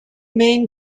main